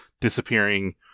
disappearing